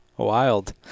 wild